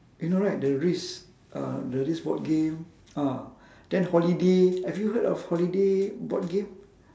you know right the risk uh the risk board game ah then holiday have you heard of holiday board game